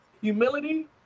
humility